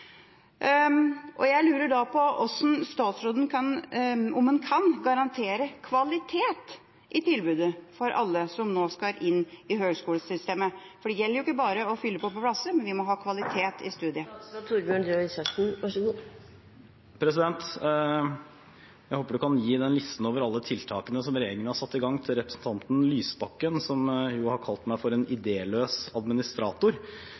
Jeg lurer på om statsråden kan garantere kvalitet i tilbudet for alle som nå skal inn i høyskolesystemet. For det gjelder ikke bare å fylle på med plasser, vi må ha kvalitet i studiet. Jeg håper representanten kan gi den listen over alle tiltakene som regjeringen har satt i gang, til representanten Lysbakken, som har kalt meg for en idéløs administrator.